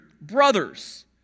brothers